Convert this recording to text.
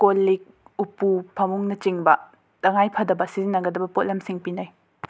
call ꯂꯤꯛ ꯎꯄꯨ ꯐꯥꯃꯨꯡꯅꯆꯤꯡꯕ ꯇꯉꯥꯏ ꯐꯗꯕ ꯁꯤꯖꯤꯟꯅꯒꯗꯕ ꯄꯣꯠꯂꯝꯁꯤꯡ ꯄꯤꯅꯩ